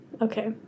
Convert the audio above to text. Okay